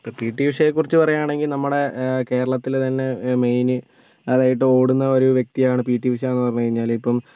ഇപ്പോൾ P T ഉഷയെ കുറിച്ച് പറയുകയാണെങ്കിൽ നമ്മുടെ കേരളത്തിലെ തന്നെ മെയിൻ നല്ല ആയിട്ട് ഓടുന്ന ഒരു വ്യക്തിയാണ് പി ടി ഉഷ എന്ന് പറഞ്ഞു കഴിഞ്ഞാൽ ഇപ്പം